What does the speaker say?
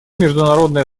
международное